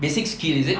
basic skill is it